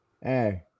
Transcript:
Hey